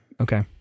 Okay